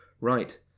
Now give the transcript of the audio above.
Right